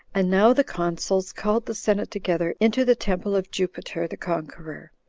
and now the consuls called the senate together into the temple of jupiter the conqueror,